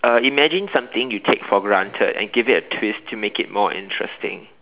uh imagine something you take for granted and give it a twist to make it more interesting